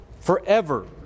Forever